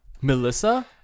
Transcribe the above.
melissa